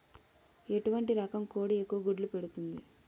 ఎటువంటి రకం కోడి ఎక్కువ గుడ్లు పెడుతోంది?